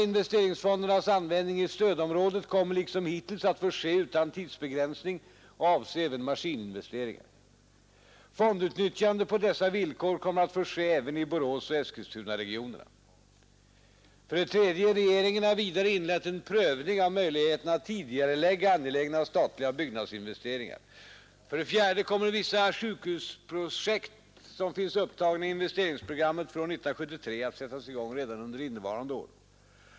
Investeringsfondernas användning i stödområdet kommer liksom hittills att få ske utan tidsbegränsning och avse även maskininvesteringar. Fondutnyttjande på dessa villkor kommer att få ske även i Boråsoch Eskilstunaregionerna. 3. Regeringen har vidare inlett en prövning av möjligheterna att tidigarelägga angelägna statliga byggnadsinvesteringar. 4. Vidare kommer vissa sjukhusprojekt som finns upptagna i investeringsprogrammet för år 1973 att sättas i gång redan under innevarande år.